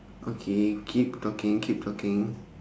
okay keep talking keep talking